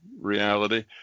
reality